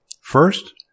First